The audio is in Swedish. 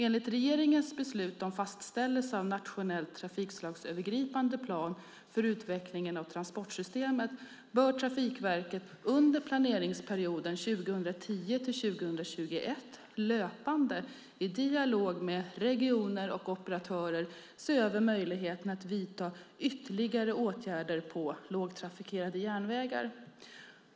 Enligt regeringens beslut om fastställelse av nationell trafikslagsövergripande plan för utveckling av transportsystemet bör Trafikverket under planeringsperioden 2010-2021 löpande, i dialog med regioner och operatörer, se över möjligheterna att vidta ytterligare åtgärder på lågtrafikerade järnvägar.